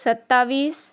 सत्तावीस